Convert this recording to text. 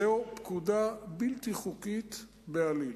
זאת פקודה בלתי חוקית בעליל,